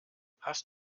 hast